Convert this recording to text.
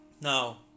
now